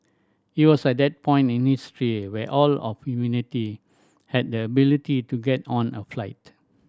it was at that point in history where all of humanity had the ability to get on a flight